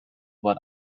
what